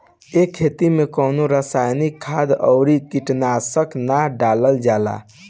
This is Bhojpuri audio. ए खेती में कवनो रासायनिक खाद अउरी कीटनाशक ना डालल जाला